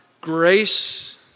grace